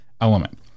element